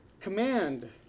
Command